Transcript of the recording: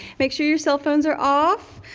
make sure your cell phones are off.